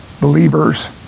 believers